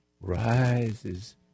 rises